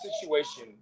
situation